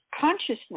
consciousness